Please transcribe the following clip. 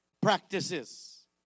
practices